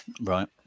Right